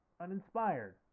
uninspired